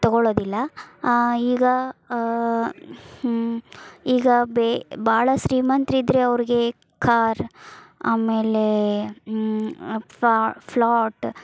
ತೊಗೊಳ್ಳೋದಿಲ್ಲ ಈಗ ಈಗ ಬೇ ಭಾಳ ಶ್ರೀಮಂತ್ರಿದ್ರೆ ಅವ್ರ್ಗೆ ಕಾರ್ ಆಮೇಲೆ ಫ್ಲೋಟ್